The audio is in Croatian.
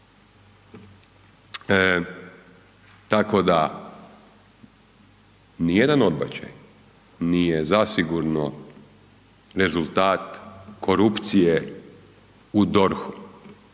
Tako da nijedan odbačaj nije zasigurno rezultat korupcije u DORH-u,